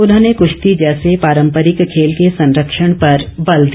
उन्होंने कृश्ती जैसे पारम्परिक खेल के संरक्षण पर बल दिया